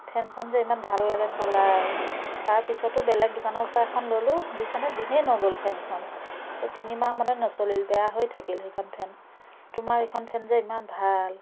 ফেনখন যে ইমান ভাল লাগে চলাই তাৰ পিছতো বেলেগ দোকানৰ পৰা এখন ল'লোঁ বুজিছানে দিনে নগ'ল ফেনখন এই তিনিমাহ মানো নচলিল বেয়া হৈ থাকিল সেইখন ফেন তোমাৰ এইখন ফেন যে ইমান ভাল